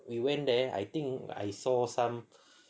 we went there I think I saw some